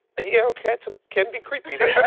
yellow cats can be creepy. they're